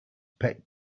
pet